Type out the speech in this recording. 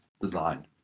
design